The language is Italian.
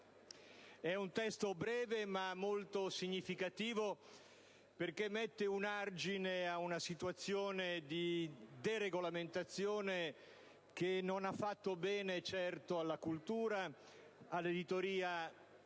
di un testo breve, ma molto significativo perché mette un argine a una situazione di deregolamentazione che non ha fatto bene certo alla cultura, all'editoria